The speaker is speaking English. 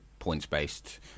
points-based